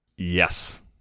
Yes